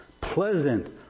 pleasant